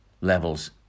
levels